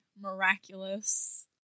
miraculous